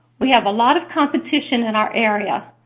we have a lot of competition in our area.